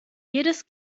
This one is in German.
jedes